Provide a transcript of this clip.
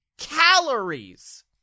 Calories